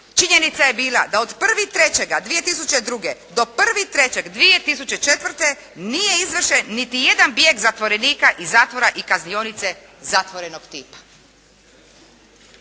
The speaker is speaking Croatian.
činjenica je bila da od 1.3.2002. do 1.3.2004. nije izvršen niti jedan bijeg zatvorenika iz zatvora i kaznionice zatvorenog tipa.